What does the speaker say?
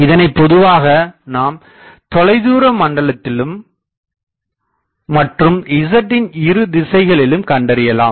இதனைப்பொதுவாக நாம் தொலைதூர மண்டலத்திலும் மற்றும் "z" ன் இரு திசைகளிலும் கண்டறியலாம்